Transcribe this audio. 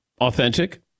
authentic